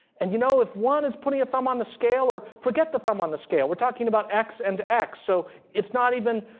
and you know, if one is putting a thumb on the scale or forget the thumb on the scale. we're talking about x and x, so it's not even